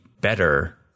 better